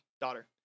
daughter